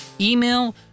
Email